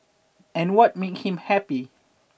and what make him happy